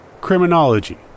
Criminology